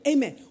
Amen